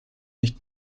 nicht